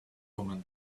woman